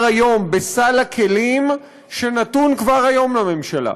היום בסל הכלים שנתון כבר היום לממשלה,